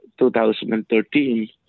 2013